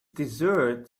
dessert